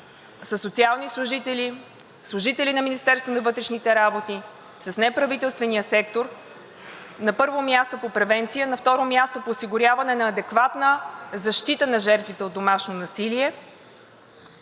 със социални служители, служители на Министерството на вътрешните работи, с неправителствения сектор – на първо място, по превенция, на второ място, по осигуряване на адекватна защита на жертвите от домашно насилие,